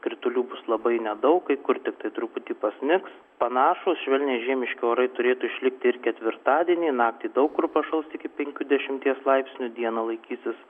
kritulių bus labai nedaug kai kur tiktai truputį pasnigs panašūs švelniai žiemiški orai turėtų išlikti ir ketvirtadienį naktį daug kur pašals iki penkių dešimties laipsnių dieną laikysis